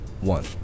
One